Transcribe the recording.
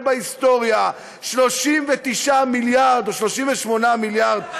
בהיסטוריה: 39 מיליארד או 38 מיליארד דולר.